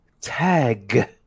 tag